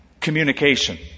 communication